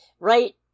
Right